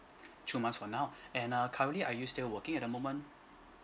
two months from now and uh currently are you still working at the moment